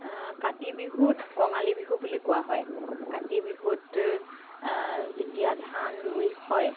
কাতি বিহুক কঙালী বিহু বুলি কোৱা হয় কাতি বিহুত যেতিয়া ধান ৰুই হয়